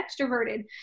extroverted